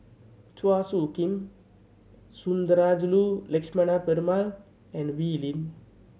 Chua Soo Khim Sundarajulu Lakshmana Perumal and Wee Lin